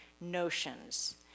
notions